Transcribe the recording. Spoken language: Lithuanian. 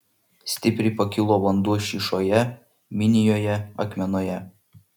stipriai pakilo vanduo šyšoje minijoje akmenoje